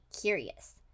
curious